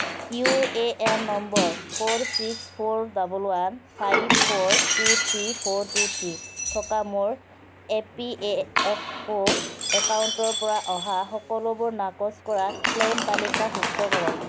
U A N number four six four double one five four two three four two three থকা মোৰ E P A F O একাউণ্টৰ পৰা অহা সকলোবোৰ নাকচ কৰা ক্লেইম তালিকাভুক্ত কৰক